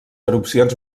erupcions